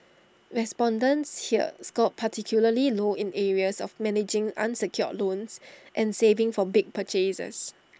respondents here scored particularly low in areas of managing unsecured loans and saving for big purchases